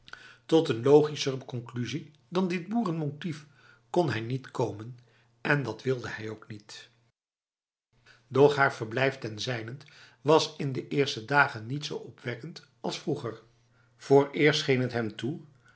tot een logischer conclusie dan dit boerenmotief kon hij niet komen en dat wilde hij ook niet doch haar verblijf ten zijnent was in de eerste dagen niet zo opwekkend als vroeger vooreerst scheen t hem toe